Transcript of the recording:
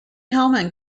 hellman